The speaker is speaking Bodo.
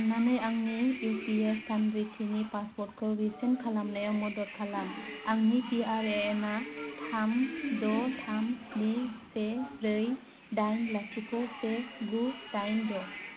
अन्नानै आंनि इउपिए सान रेखिनि पासपर्ट खौ रिसेट खालामनायाव मदद खालाम आंनि पिआरएएन थाम द' थाम स्नि से ब्रै दाइन लाथिख' से गु दाइन द'